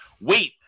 wait